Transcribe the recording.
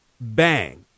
Bang